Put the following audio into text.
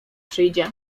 przyjdzie